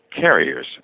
carriers